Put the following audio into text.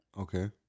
Okay